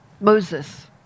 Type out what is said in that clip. Moses